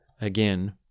again